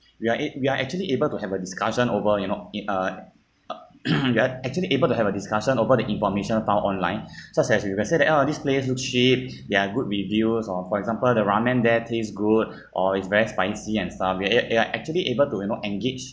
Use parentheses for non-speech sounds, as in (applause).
you are a~ we are actually able to have a discussion over you know in uh uh (coughs) a~ actually able to have a discussion over the information found online such as we would say that ah these place looks cheap there are good reviews or for example the ramen there taste good or is very spicy and stuff you're you're are actually able to you know engage